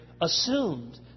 assumed